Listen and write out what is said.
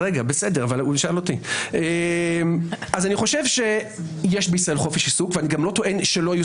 אני חושב שיש בישראל חופש עיסוק וגם לא טוען שלא יהיו